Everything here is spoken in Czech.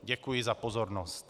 Děkuji za pozornost.